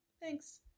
Thanks